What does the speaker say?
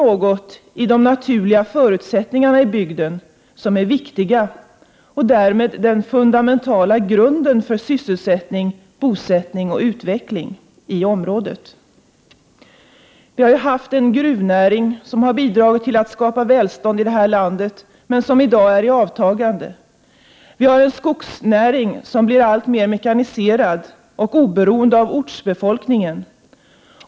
1988/89:127 de naturliga förutsättningarna i bygden som är viktigt och som utgör den — 2 juni 1989 Vi har haft en gruvnäring, som har bidragit till att skapa välstånd i landet. I dag är den näringen dock i avtagande. Vi har en skogsnäring som blir alltmer mekaniserad och oberoende av ortsbefolkningen.